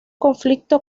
conflicto